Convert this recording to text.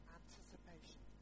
anticipation